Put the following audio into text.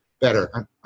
better